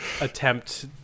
attempt